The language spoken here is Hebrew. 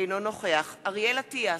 אינו נוכח אריאל אטיאס,